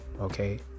okay